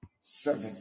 seven